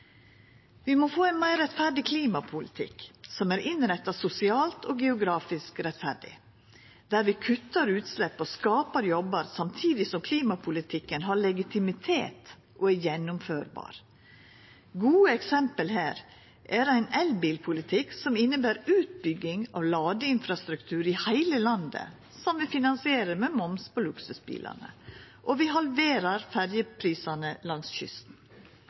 Vi må få ein meir rettferdig klimapolitikk som er innretta sosialt og geografisk rettferdig, der ein kuttar utslepp og skaper jobbar samtidig som klimapolitikken har legitimitet og kan gjennomførast. Gode eksempel er ein elbilpolitikk som inneber utbygging og ladeinfrastruktur i heile landet som vi finansierer med moms på luksusbilane. Og vi halverer ferjeprisane langs kysten.